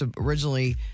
originally